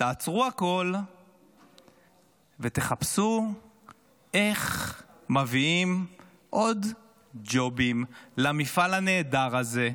תעצרו הכול ותחפשו איך מביאים עוד ג'ובים למפעל הנהדר הזה,